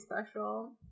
special